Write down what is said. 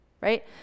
right